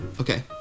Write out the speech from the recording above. Okay